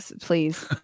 Please